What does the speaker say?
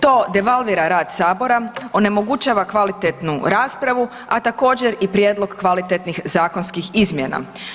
To devalvira rad sabora, onemogućava kvalitetnu raspravu, a također i prijedlog kvalitetnih zakonskih izmjena.